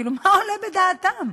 כאילו, מה עולה בדעתם?